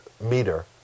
meter